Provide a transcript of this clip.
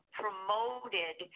promoted